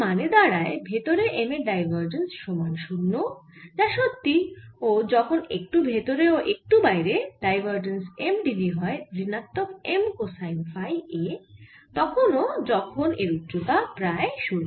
এর মানে দাঁড়ায় ভেতরে M এর ডাইভারজেন্স সমান 0 যা সত্যি আর যখন একটু ভেতরে ও একটু বাইরে ডাইভারজেন্স M dv হয় ঋণাত্মক M কোসাইন ফাই a তখনও যখন এর উচ্চতা প্রায় 0